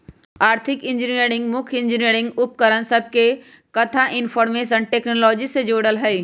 आर्थिक इंजीनियरिंग मुख्य इंजीनियरिंग उपकरण सभके कथा इनफार्मेशन टेक्नोलॉजी से जोड़ल हइ